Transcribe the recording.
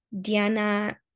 Diana